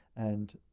and